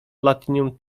platinum